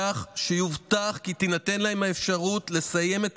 כך שיובטח כי תינתן להם האפשרות לסיים את